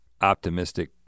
optimistic